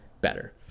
better